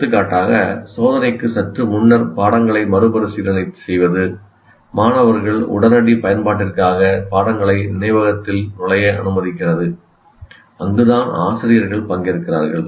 எடுத்துக்காட்டாக சோதனைக்கு சற்று முன்னர் பாடங்களை மறுபரிசீலனை செய்வது மாணவர்கள் உடனடி பயன்பாட்டிற்காக பாடங்களை நினைவகத்தில் நுழைய அனுமதிக்கிறது அங்குதான் ஆசிரியர்கள் பங்கேற்கிறார்கள்